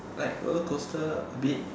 like roller coaster a bit